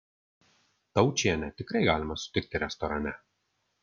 taučienę tikrai galima sutikti restorane